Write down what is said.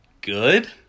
good